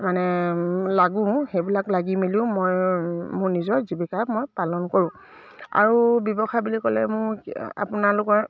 মানে লাগোঁ সেইবিলাক লাগি মেলিও মই মোৰ নিজৰ জীৱিকা মই পালন কৰোঁ আৰু ব্যৱসায় বুলি ক'লে মোৰ আপোনালোকৰ